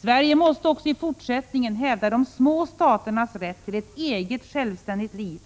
Sverige måste också i fortsättningen hävda de små staternas rätt till ett eget självständigt liv